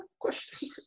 Question